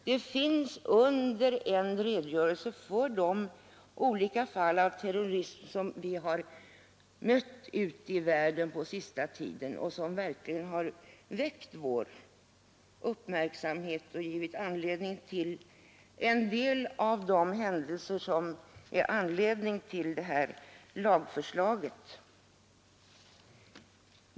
Det finns i propositionen en redogörelse för olika fall av terrorism som förekommit ute i världen på den senaste tiden och som har väckt uppmärksamhet och givit anledning till det föreliggande lagförslaget.